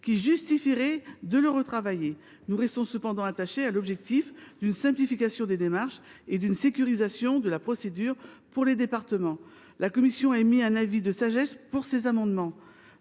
qui justifieraient de le retravailler. Nous restons cependant attachés à l’objectif d’une simplification des démarches et d’une sécurisation de la procédure pour les départements. La commission s’en est donc remise à la sagesse du Sénat sur ces amendements.